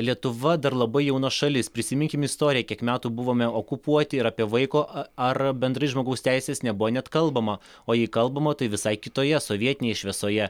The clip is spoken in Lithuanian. lietuva dar labai jauna šalis prisiminkime istoriją kiek metų buvome okupuoti ir apie vaiko ar bendrai žmogaus teises nebuvo net kalbama o jei kalbama tai visai kitoje sovietinėje šviesoje